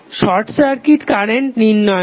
short circuit current নির্ণয় করা